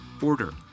order